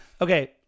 Okay